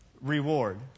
reward